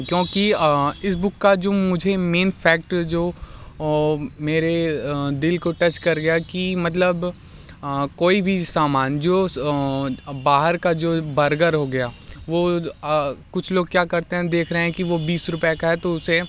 क्योंकि इस बुक का जो मुझे मेन फैक्ट जो मेरे दिल को टच कर गया कि मतलब कोई भी सामान जो स बाहर का जो बर्गर हो गया वो कुछ लोग क्या करते हैं देख रहें कि वो बीस रूपये का है तो उसे